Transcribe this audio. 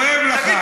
כואב לך.